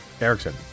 Erickson